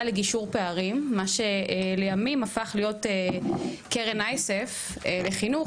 לגישור פערים מה שלימים הפך להיות קרן אייסף לחינוך,